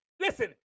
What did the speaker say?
Listen